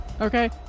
Okay